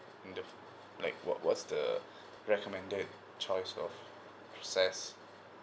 the like what what's the recommended choice of process